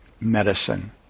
medicine